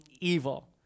evil